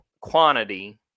quantity